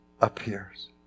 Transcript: appears